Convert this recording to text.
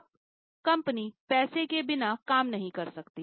अब कंपनी पैसे के बिना काम नहीं कर सकती